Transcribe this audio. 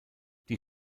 die